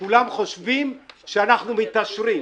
וכולם חושבים שאנחנו מתעשרים,